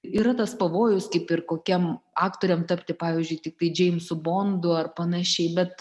yra tas pavojus kaip ir kokiem aktoriam tapti pavyzdžiui tiktai džeimsu bondu ar panašiai bet